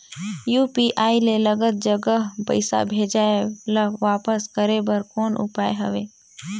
UPI ले गलत जगह पईसा भेजाय ल वापस करे बर कौन उपाय हवय?